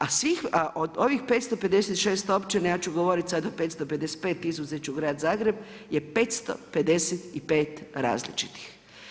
A od ovih 556 općina, ja ću govoriti sada o 555, izuzeti ću grad Zagreb je 555 različitih.